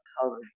color